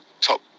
top